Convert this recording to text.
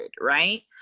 right